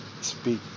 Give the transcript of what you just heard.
speak